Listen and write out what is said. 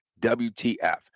WTF